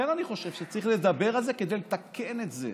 לכן אני חושב שצריך לדבר על זה כדי לתקן את זה.